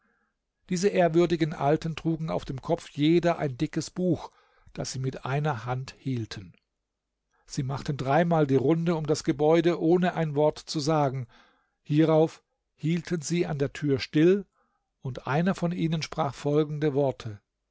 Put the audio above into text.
diese ehrwürdigen alten trugen auf dem kopf jeder ein dickes buch das sie mit einer hand hielten sie machten dreimal die runde um das gebäude ohne ein wort zu sagen hierauf hielten sie an der tür still und einer von ihnen sprach folgende worte